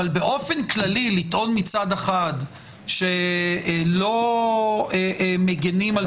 אבל באופן כללי לטעון מצד אחד שלא מגנים על